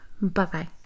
bye-bye